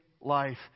life